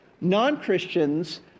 Non-Christians